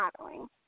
modeling